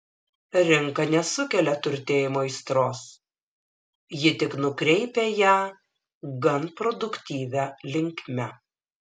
rinka nesukelia turtėjimo aistros ji tik nukreipia ją gan produktyvia linkme